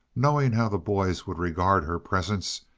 knowing how the boys would regard her presence,